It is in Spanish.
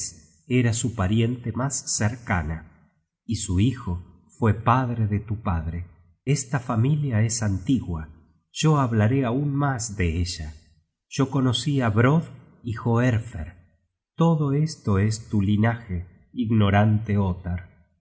era suparienta mas cercana y su hijo fue padre de tu padre esta familia es antigua yo hablaré aun mas de ella yo conocí á brodd y hoerfer todo esto es tu linaje ignorante ottar